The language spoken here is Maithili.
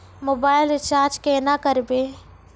मोबाइल रिचार्ज केना करबै?